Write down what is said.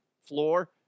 floor